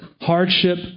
hardship